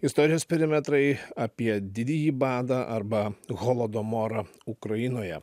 istorijos perimetrai apie didįjį badą arba holodomorą ukrainoje